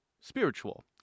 spiritual